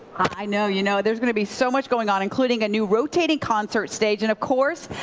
i know. you know there's going to be so much going on, including a new rotating concert stage and of course,